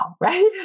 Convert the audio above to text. Right